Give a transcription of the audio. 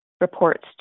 reports